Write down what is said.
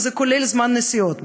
וזה כולל זמן נסיעות.